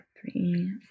three